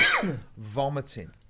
Vomiting